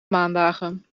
maandagen